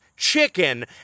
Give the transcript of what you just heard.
Chicken